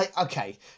Okay